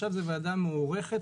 ועכשיו זאת ועדה מוארכת,